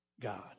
God